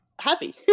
happy